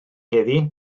heddiw